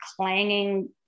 clanging